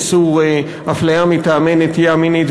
את איסור האפליה מטעמי נטייה מינית,